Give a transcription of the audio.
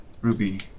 ruby